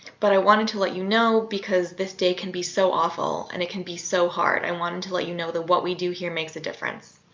but i wanted to let you know because this day can be so awful and it can be so hard and i wanted to let you know that what we do here makes a difference.